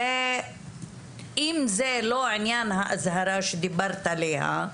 אם זה לא עניין האזהרה שדיברת עליה,